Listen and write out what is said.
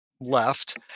left